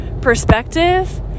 perspective